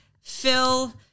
phil